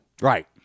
Right